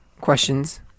questions